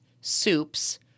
Soups